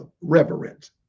reverent